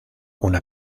una